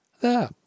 There